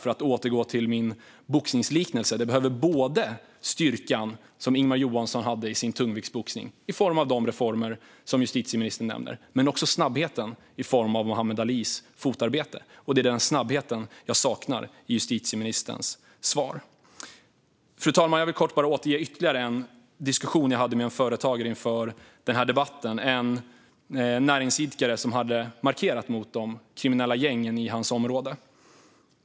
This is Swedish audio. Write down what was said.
För att återgå till min boxningsliknelse: Det behövs både den styrka som Ingemar Johansson hade i sin tungviktsboxning, i form av de reformer som justitieministern nämnde, men också den snabbhet som Muhammad Ali hade i sitt fotarbete. Det är denna snabbhet som jag saknar i justitieministerns svar. Fru talman! Jag vill bara kort återge ytterligare en diskussion som jag hade med en företagare inför denna debatt. Det är en näringsidkare som har markerat mot de kriminella gängen i sitt område.